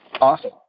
Awesome